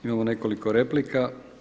Imamo nekoliko replika.